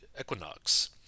Equinox